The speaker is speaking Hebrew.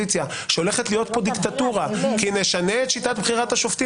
שהולכת להיות פה דיקטטורה אם נשנה את שיטת בחירת השופטים